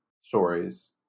stories